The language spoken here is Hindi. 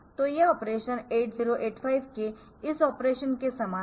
तो ये ऑपरेशन 8085 के इस ऑपरेशन के समान है